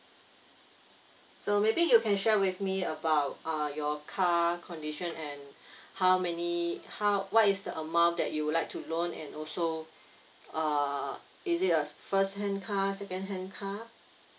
so maybe you can share with me about uh your car condition and how many how what is the amount that you would like to loan and also uh is it a first hand car second hand car